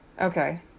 okay